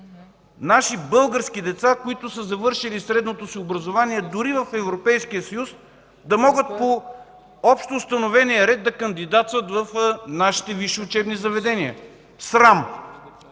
наши български деца, които са завършили средното си образование, дори в Европейския съюз, да могат по общоустановения ред да кандидатстват в нашите висши учебни заведения. Срам!